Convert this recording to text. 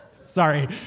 Sorry